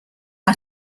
are